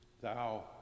Thou